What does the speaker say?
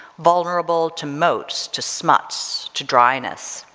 vulnerable to motes, to smuts, to dryness,